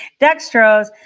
dextrose